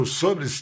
sobre